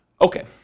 Okay